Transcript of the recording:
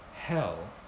hell